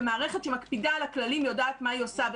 המערכת שמקפידה על הכללים יודעת מה היא עושה.